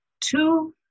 two